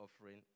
offering